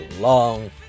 long